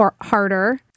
Harder